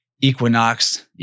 equinox